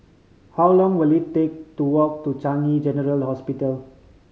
how long will it take to walk to Changi General Hospital